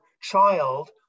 child